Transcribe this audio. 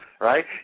right